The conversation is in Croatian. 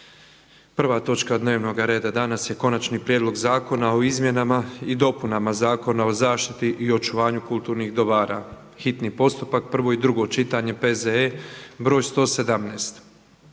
Prva točka dnevnoga reda danas je: - Konačni prijedlog zakona o izmjenama i dopunama Zakona o zaštiti i očuvanju kulturnih dobara, hitni postupak, prvo i drugo čitanje, P.Z.E. br. 117;